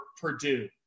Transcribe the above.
Purdue